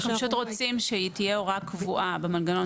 אנחנו פשוט רוצים שתהיה הוראה קבועה במנגנון